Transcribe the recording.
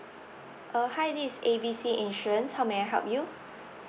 uh hi this is A B C insurance how may I help you